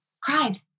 cried